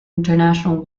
international